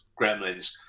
Gremlins